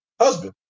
husband